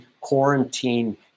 quarantine